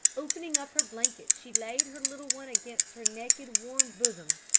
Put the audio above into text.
opening up her blanket she laid her little one against her naked, warm bosom,